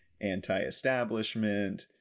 anti-establishment